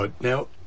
now